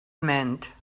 meant